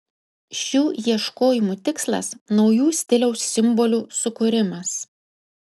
šių ieškojimų tikslas naujų stiliaus simbolių sukūrimas